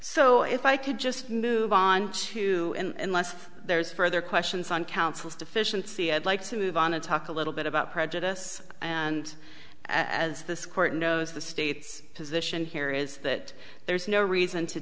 so if i could just move on to unless there's further questions on counsel's deficiency i'd like to move on and talk a little bit about prejudice and as this court knows the state's position here is that there's no reason to